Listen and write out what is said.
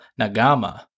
Nagama